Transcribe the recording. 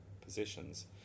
positions